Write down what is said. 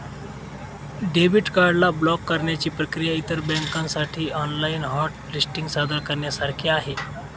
debit card ला block करण्याची प्रक्रिया इतर बँकांसाठी ऑनलाइन हॉट लिस्टिंग सादर करण्यासारखी आहे